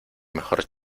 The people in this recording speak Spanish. mejor